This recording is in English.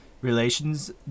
relations